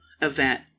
event